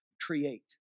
create